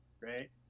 right